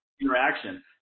interaction